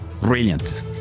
Brilliant